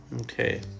Okay